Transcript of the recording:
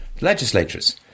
legislatures